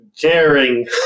daring